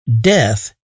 Death